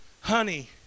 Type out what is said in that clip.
honey